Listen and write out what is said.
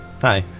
Hi